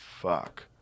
fuck